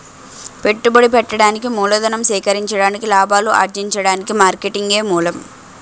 పెట్టుబడి పెట్టడానికి మూలధనం సేకరించడానికి లాభాలు అర్జించడానికి మార్కెటింగే మూలం